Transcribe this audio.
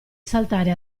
saltare